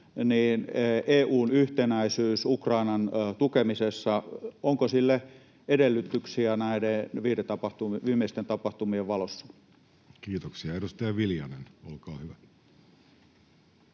EU:n yhtenäisyys Ukrainan tukemisessa? Onko sille edellytyksiä näiden viimeisten tapahtumien valossa? Kiitoksia. — Edustaja Viljanen, olkaa hyvä.